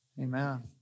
amen